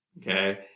okay